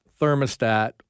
thermostat